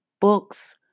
books